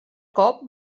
cop